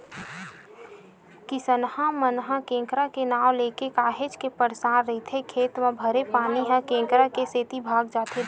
किसनहा मन ह केंकरा के नांव लेके काहेच के परसान रहिथे खेत म भरे पानी ह केंकरा के सेती भगा जाथे